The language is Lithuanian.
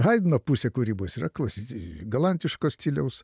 haidno pusė kūrybos yra klasici galantiško stiliaus